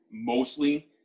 mostly